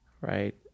right